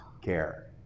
care